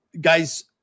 Guys